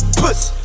pussy